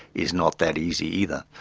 is not that easy, either.